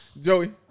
Joey